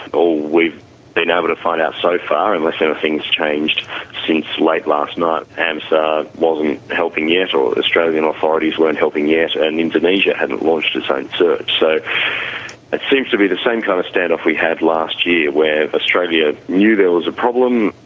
all we've been able to find out so far, unless and things have since late last night, amsa wasn't helping yet or australian authorities weren't helping yet and indonesian hadn't launched its own search. so, it seems to be the same kind of stand-off we had last year where australia knew there was a problem,